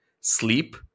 sleep